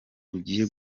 ugiye